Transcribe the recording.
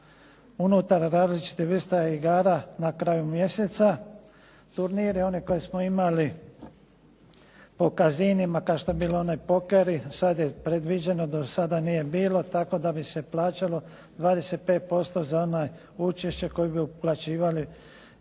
unutar različitih vrsta igara na kraju mjeseca. Turniri one koje smo imali po casinima kao što je bilo oni pokeri. Sad je predviđeno, do sada nije bilo tako da bi se plaćalo 25% za ono učešće koje bi uplaćivali